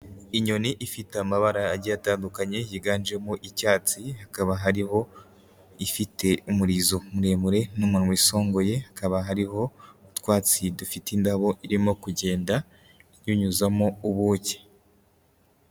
Inyoni ifite amabara agiye atandukanye yiganjemo icyatsi, hakaba hariho ifite umurizo muremure n'umurizo wisongoye, hakaba hariho utwatsi dufite indabo irimo kugenda inyunyuzamo ubuki.